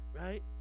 right